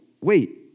Wait